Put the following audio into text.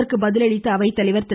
இதற்கு பதில் அளித்த அவைத்தலைவர் திரு